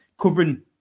covering